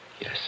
Yes